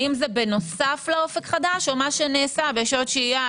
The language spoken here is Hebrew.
האם זה בנוסף לאופק חדש או מה שנעשה בשעות שהייה,